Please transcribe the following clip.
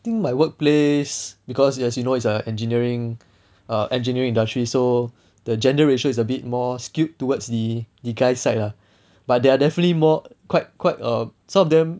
I think my workplace because you as you know it's a engineering err engineering industry so the gender ratio is a bit more skewed towards the the guys side lah but there are definitely more quite quite err some of them